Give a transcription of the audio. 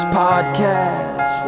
podcast